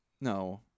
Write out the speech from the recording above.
No